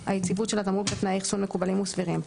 2.2. היציבות של התמרוק בתנאי אחסון מקובלים וסבירים,